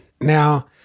Now